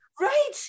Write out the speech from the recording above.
Right